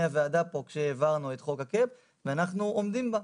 הוועדה כשהעברנו את חוק הקאפ ואנחנו עומדים בה.